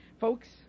folks